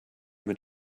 mit